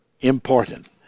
important